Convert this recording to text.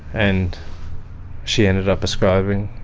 and she ended up prescribing,